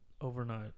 Overnight